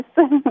yes